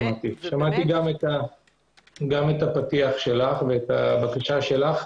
שמעצתי גם את הפתיח שלך ואת בקשתך.